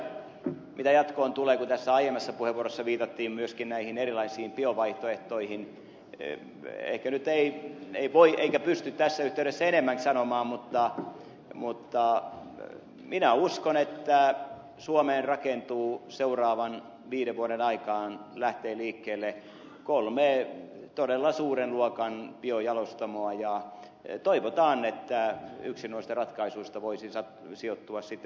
siitä mitä jatkoon tulee kun tässä aiemmassa puheenvuorossa viitattiin myöskin näihin erilaisiin biovaihtoehtoihin ehkä nyt ei voi eikä pysty tässä yhteydessä enemmän sanomaan mutta minä uskon että suomessa seuraavan viiden vuoden aikaan lähtee liikkeelle kolme todella suuren luokan biojalostamoa ja toivotaan että yksi noista ratkaisuista voisi sijoittua sitten varkauteen